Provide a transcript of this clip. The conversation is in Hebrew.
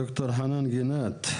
ד"ר חנן גינת,